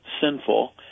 sinful